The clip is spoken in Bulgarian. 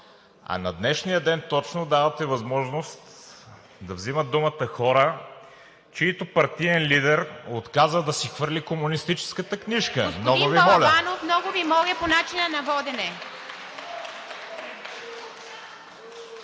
на днешния ден точно давате възможност да вземат думата хора, чийто партиен лидер отказа да си хвърли комунистическата книжка. Много Ви моля.